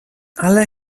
alle